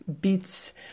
bits